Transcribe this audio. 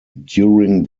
during